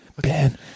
Ben